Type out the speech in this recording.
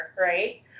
right